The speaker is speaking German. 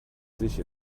sich